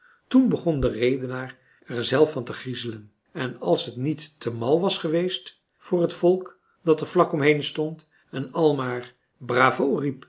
toen begon de redenaar er zelf van te griezelen en als het niet te mal was geweest voor het volk dat er vlak omheen stond en al maar bravo